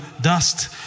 dust